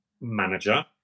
manager